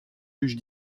juges